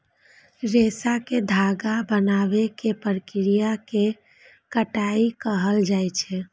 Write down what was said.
रेशा कें धागा बनाबै के प्रक्रिया कें कताइ कहल जाइ छै